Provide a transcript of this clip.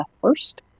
first